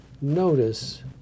notice